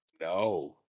No